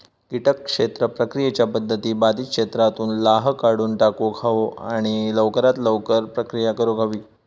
किटक क्षेत्र प्रक्रियेच्या पध्दती बाधित क्षेत्रातुन लाह काढुन टाकुक हवो आणि लवकरात लवकर प्रक्रिया करुक हवी